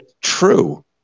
true